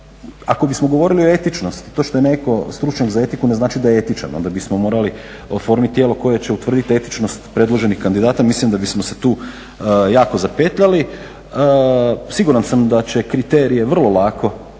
Ako bismo govorili o etičnosti, to što je neko stručnjak za etiku ne znači da je etičan, onda bismo morali oformiti tijelo koje će utvrditi etičnost predloženih kandidat. Mislim da bismo se tu jako zapetljali. Siguran sam da će kriterije vrlo lako,